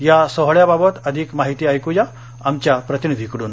या सोहळ्याबाबत अधिक माहिती ऐकू या आमच्या प्रतिनिधीकडून